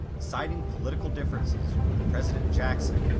citing political differences with president jackson,